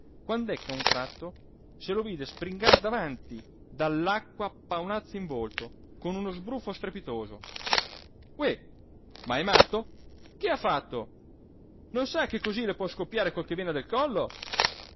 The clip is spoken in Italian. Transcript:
quand'ecco a un tratto se lo vide springar davanti dall'acqua paonazzo in volto con uno sbruffo strepitoso ohé ma è matto che ha fatto non sa che cosí le può scoppiare qualche vena del collo